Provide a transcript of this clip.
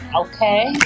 okay